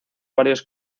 varios